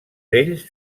ells